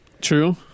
True